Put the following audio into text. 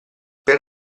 per